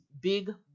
big